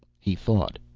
he thought.